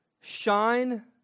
shine